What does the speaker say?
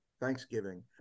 Thanksgiving